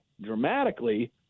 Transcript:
dramatically